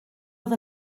oedd